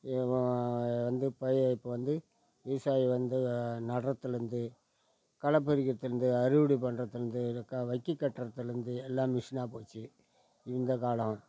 வந்து பயிரை இப்போது வந்து விவசாயி வந்து நடுறதுலருந்து களை பறிக்கிறதுலேருந்து அறுவடை பண்றதுலேருந்து வக்கி கட்டுறதுலேருந்து எல்லாம் மிஸினாக போச்சு இந்த காலம்